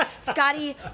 Scotty